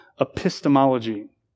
epistemology